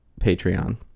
patreon